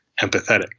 empathetic